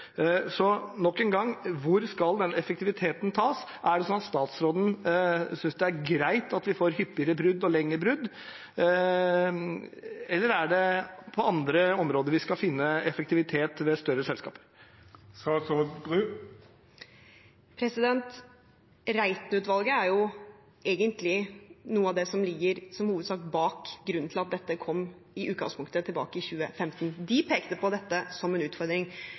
Så nok en gang: Hvor skal den effektiviteten tas? Er det sånn at statsråden synes det er greit at vi får hyppigere brudd og lengre brudd, eller er det på andre områder vi skal finne effektivitet ved større selskaper? Reiten-utvalget er egentlig noe av det som er grunnen til at dette kom i utgangspunktet tilbake i 2015. De pekte på dette som en utfordring.